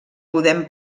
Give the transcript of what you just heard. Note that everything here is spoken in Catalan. podem